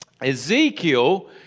Ezekiel